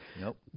Nope